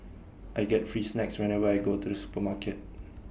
I get free snacks whenever I go to the supermarket